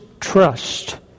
trust